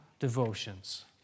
Devotions